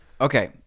Okay